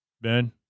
Ben